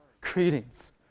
Greetings